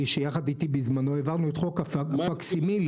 שיחד איתי העביר את חוק הפקסימיליה